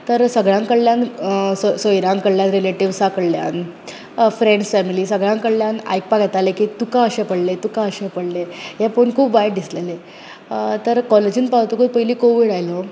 तर सगळ्यां कडल्यान स सयऱ्यां कडल्यान रिलेटिवसा कडल्यान फ्रेन्ड्स फैमली सगल्या कडल्यान आयकपाक येताले की तुका अशें पडले की तुका अशें पडले हे पळोवन खूब वायट दिसलेले तर कॉलेजीन पावतकूच पयलीं कोविड आयल्लो